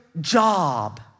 job